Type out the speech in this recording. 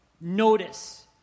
Notice